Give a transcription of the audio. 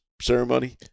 Ceremony